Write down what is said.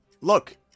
look